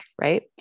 Right